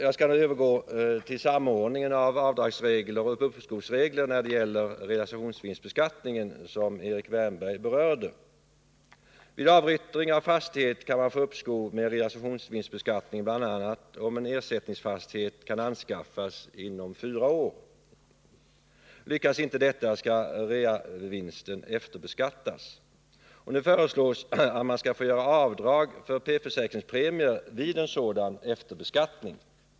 Jag skall nu övergå till samordningen av avdragsregler och uppskovsregler beträffande realisationsvinstbeskattningen, som Erik Wärnberg berörde. Vid avyttring av fastighet kan man få uppskov med realisationsvinstbeskattning bl.a. om en ersättningsfastighet kan anskaffas inom fyra år. Lyckas inte detta skall realisationsvinsten efterbeskattas. Nu föreslås att man skall få göra avdrag för P-försäkringspremier vid en sådan efterbeskattning.